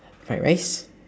fried rice